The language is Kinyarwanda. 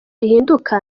rihinduka